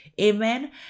Amen